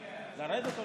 לרדת?